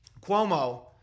Cuomo